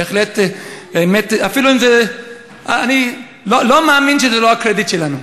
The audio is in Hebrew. בהחלט, באמת, אני לא מאמין שזה לא הקרדיט שלנו.